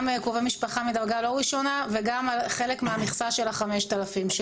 גם קרובי משפחה מדרגה לא ראשונה וגם חלק מהמכסה של ה-5,000.